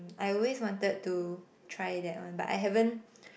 I always wanted to try that one but I haven't